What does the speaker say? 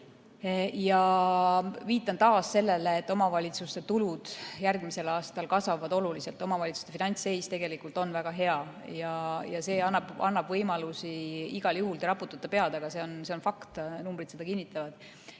siiski taas sellele, et omavalitsuste tulud järgmisel aastal kasvavad oluliselt. Omavalitsuste finantsseis on tegelikult väga hea ja see annab võimaluse igal juhul ... Te raputate pead, aga see on fakt, numbrid seda kinnitavad,